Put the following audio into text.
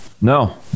No